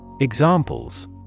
Examples